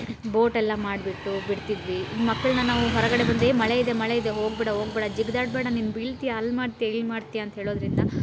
ಬೋಟೆಲ್ಲ ಮಾಡಿಬಿಟ್ಟು ಬಿಡ್ತಿದ್ವಿ ಮಕ್ಕಳನ್ನ ನಾವು ಹೊರಗಡೆ ಬಂದರೆ ಏ ಮಳೆ ಇದೆ ಮಳೆ ಇದೆ ಹೋಗಬೇಡ ಹೋಗಬೇಡ ಜಿಗಿದಾದ್ಬೇಡ ನೀನು ಬೀಳ್ತೀಯ ಅಲ್ಲಿ ಮಾಡ್ತೀಯಾ ಇಲ್ಲಿ ಮಾಡ್ತೀಯಾ ಅಂತ ಹೇಳೋದರಿಂದ